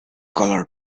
color